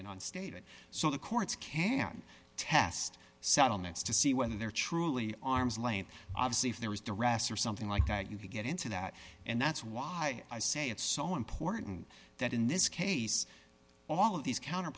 and unstated so the courts can test settlements to see whether there truly arm's length obviously if there is direct or something like that you could get into that and that's why i say it's so important that in this case all of these counter